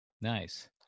Nice